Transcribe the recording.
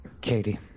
Katie